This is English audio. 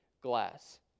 glass